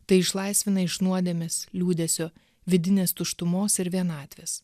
tai išlaisvina iš nuodėmės liūdesio vidinės tuštumos ir vienatvės